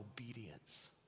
obedience